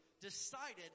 decided